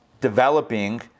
developing